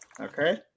Okay